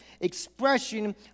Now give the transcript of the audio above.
expression